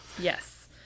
Yes